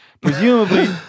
Presumably